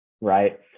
right